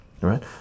right